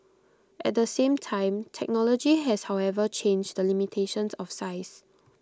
at the same time technology has however changed the limitations of size